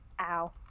Ow